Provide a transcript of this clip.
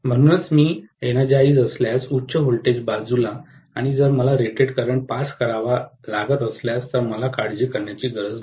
म्हणूनच मी एनरजाईजं असल्यास उच्च व्होल्टेज बाजू आणि जर मला रेटेड करंट पास करावा लागला तर मला काळजी करण्याची गरज नाही